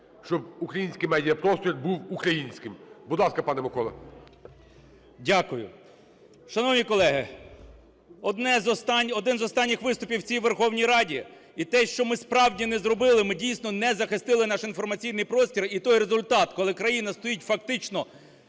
щоб український медіапростір був українським. Будь ласка, пане Микола. 17:55:39 КНЯЖИЦЬКИЙ М.Л. Дякую. Шановні колеги, один з останніх виступів в цій Верховній Раді. І те, що ми справді не зробили, ми, дійсно, не захистили наш інформаційний простір, і той результат, коли країна стоїть фактично,